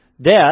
death